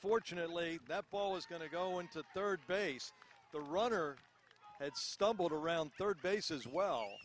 fortunately that ball is going to go into third base the rudder head stumbled around third base as well